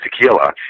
tequila